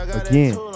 again